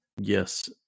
Yes